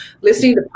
listening